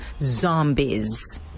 zombies